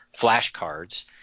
flashcards